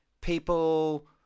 people